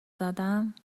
زدم